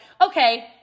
Okay